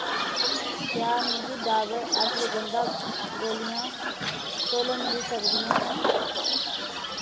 क्या मिगी डाबर अश्वगंधा गोलियां तौले मिली सकदियां ऐं